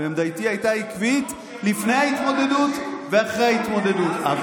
עמדתי הייתה עקבית לפני ההתמודדות ואחרי ההתמודדות.